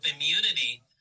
immunity